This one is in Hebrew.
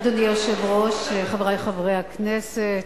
אדוני היושב-ראש, חברי חברי הכנסת,